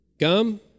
Gum